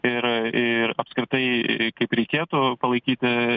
ir ir apskritai kaip reikėtų palaikyti